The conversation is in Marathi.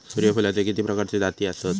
सूर्यफूलाचे किती प्रकारचे जाती आसत?